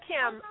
Kim